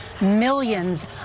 millions